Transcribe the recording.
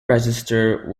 register